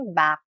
back